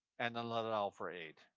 and then let it out for eight.